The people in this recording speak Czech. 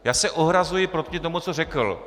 Já se ohrazuji proti tomu, co řekl!